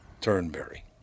Turnberry